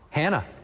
hannah.